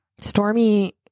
Stormy